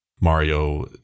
Mario